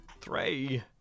three